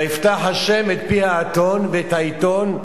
"ויפתח ה' את פי האתון" ואת העיתון,